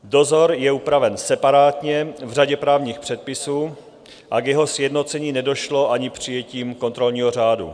Dozor je upraven separátně v řadě právních předpisů a k jeho sjednocení nedošlo ani přijetím kontrolního řádu.